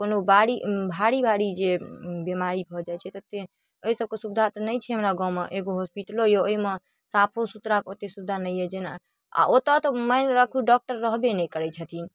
आओर कोनो बारी भारी भारी जे बेमारी भऽ जाइ छै तऽ ओहिसभके सुविधा तऽ नहि छै हमरा गाममे एगो होस्पिटलो अइ तऽ ओहिमे साफो सुथराके ओतेक सुविधा नहि अइ जेना आओर ओतऽ मानि राखू डॉक्टर तऽ रहबे नहि करै छथिन